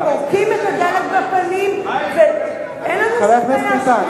טורקים את הדלת בפנים, אין לנו שום בעיה.